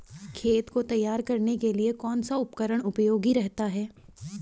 खेत को तैयार करने के लिए कौन सा उपकरण उपयोगी रहता है?